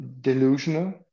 delusional